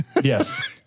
yes